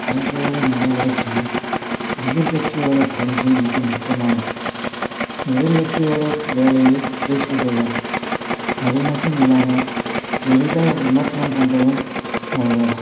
அரசோடய நடவடிக்கையில் எதிர்கட்சியோடய பங்கு மிக முக்கியமானது எதிர்கட்சியோடய வேலையை குறை சொல்கிறதுதான் அதுமட்டுமில்லாமல் எளிதாக விமர்சனம் பண்ணுறதும் அவங்கள தான்